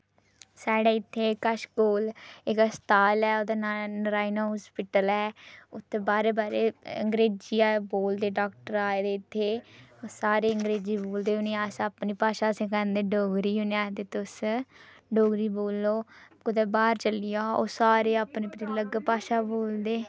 साढ़े इत्थै कच्छ कोल इक हस्ताल ऐ उदा नां नारायणा होस्पिटल ऐ उत्थै बाह्रे बाह्रे अंग्रेजी गै बोलदे डाक्टर आए दे इत्थै सारे अंग्रेजी बोलदे उ'नें अस अपनी भाशा सिखांदे डोगरी उ'ने आखदे तुस डोगरी बोल्लो कुतै बाह्र चली जाओ ओ सारे अपनी अपनी भाशा बोलदे